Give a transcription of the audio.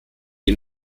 ihn